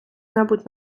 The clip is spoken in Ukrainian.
небудь